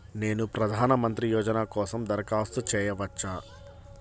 నేను ప్రధాన మంత్రి యోజన కోసం దరఖాస్తు చేయవచ్చా?